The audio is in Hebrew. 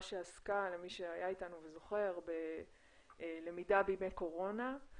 שעסקה למי שהיה איתנו וזוכר בלמידה בימי קורונה,